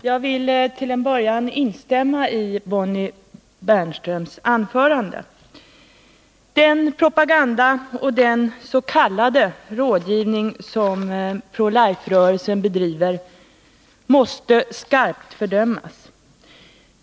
Herr talman! Jag vill instämma i Bonnie Bernströms anförande. Den propaganda och den s.k. rådgivning som Pro Life-rörelsen bedriver måste skarpt fördömas.